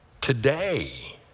today